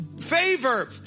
favor